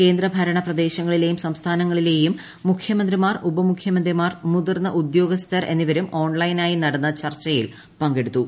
കേന്ദ്ര ഭരണ പ്രദേശങ്ങളിലെയും സംസ്ഥാനങ്ങളിലെയും മുഖ്യമന്ത്രിമാർ ഉപമുഖ്യമന്ത്രിമാർ മുതിർന്ന ഉദ്യോഗസ്ഥർ എന്നിവരും ഓൺലൈനായി നടന്ന ചർച്ചയിൽ പങ്കെടുത്തു